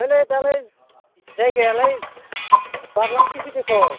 दालाय दालाय जायगायालाय बारलांसैसो देख'